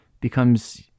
becomes